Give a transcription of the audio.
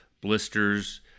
blisters